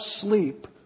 sleep